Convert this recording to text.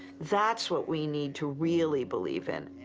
that's what we need to really believe in.